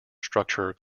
structure